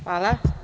Hvala.